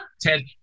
Ted